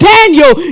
Daniel